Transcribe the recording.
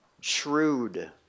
Shrewd